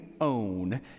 own